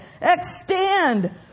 extend